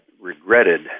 regretted